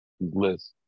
Bliss